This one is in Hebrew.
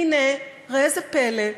והנה, ראה זה פלא,